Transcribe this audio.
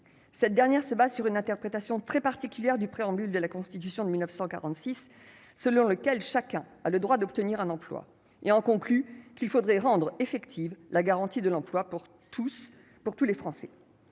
cette dernière se base sur une interprétation très particulière du préambule de la Constitution de 1946 selon lequel chacun a le droit d'obtenir un emploi et en conclut qu'il faudrait rendre effective la garantie de l'emploi pour tous, pour tous